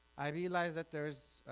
i realized that there's